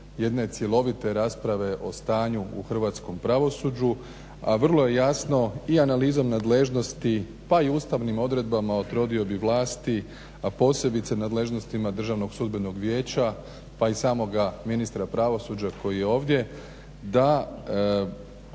jedne cjelovite rasprave o stanju u hrvatskom pravosuđu, a vrlo je jasno i analizom nadležnosti pa i Ustavnim odredbama o trodiobi vlasti, a posebice nadležnostima državnog sudbenog vijeća pa i samoga ministra pravosuđa koji je ovdje da tu